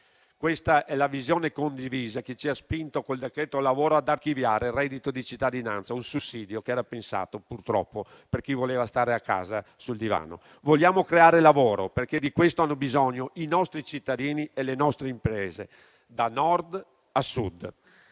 Questa è la visione condivisa che ci ha spinto con il cosiddetto decreto lavoro ad archiviare il reddito di cittadinanza, un sussidio che era pensato, purtroppo, per chi voleva stare a casa sul divano. Vogliamo creare lavoro, perché di questo hanno bisogno i nostri cittadini e le nostre imprese, da Nord a Sud.